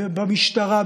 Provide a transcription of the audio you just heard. במשטרה,